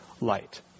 light